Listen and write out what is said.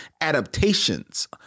adaptations